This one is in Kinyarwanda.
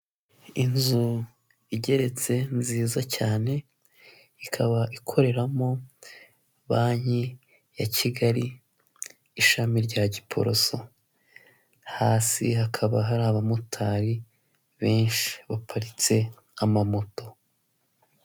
Inzu igeretse, nziza cyane, ikaba ikoreramo banki ya Kigali, ishami rya Giporoso. Hasi hakaba hari abamotari benshi, baparitse amamoto.